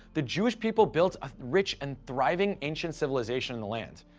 the jewish people built a rich and thriving ancient civilization in the land.